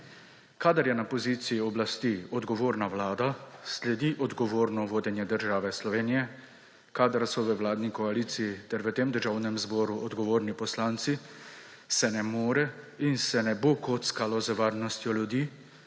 Kadar je na poziciji oblasti odgovorna vlada, sledi odgovorno vodenje države Slovenije, kadar so v vladni koaliciji ter v tem državnem zboru odgovorni poslanci, se ne more in se ne bo kockalo z varnostjo ljudi,